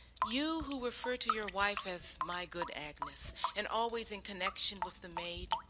you who refer to your wife as my good agnes, and always in connection with the maid,